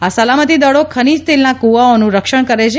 આ સલામતિદળો ખનીજતેલના કૂવાઓનું રક્ષણ કરે છે